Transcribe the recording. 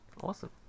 Awesome